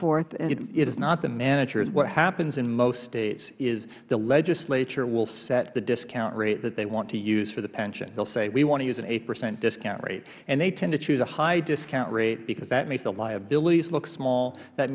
biggs it is not the managers what happens in most states is the legislature will set the discount rate that they want to use for the pension they will say we want to use a eight percent discount rate and they tend to choose a high discount rate because that makes the liabilities look small that